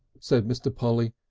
said mr. polly,